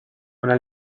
una